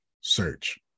search